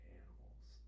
animals